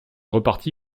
reparti